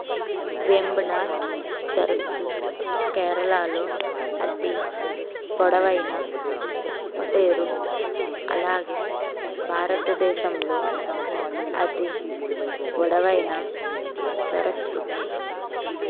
వేంబనాట్ సరస్సు కేరళలో అతి పొడవైన ఉప్పటేరు అలాగే భారతదేశంలో అతి పొడవైన సరస్సు